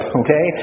okay